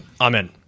amen